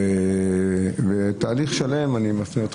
יש אנשים שלא מבינים